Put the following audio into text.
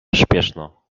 śpieszno